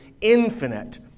infinite